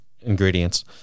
ingredients